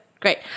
Great